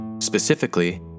specifically